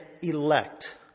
elect